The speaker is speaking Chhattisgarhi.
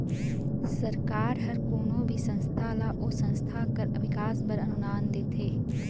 सरकार हर कोनो भी संस्था ल ओ संस्था कर बिकास बर अनुदान देथे